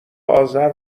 آذر